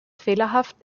fehlerhaft